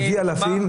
הביא אלפים,